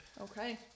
Okay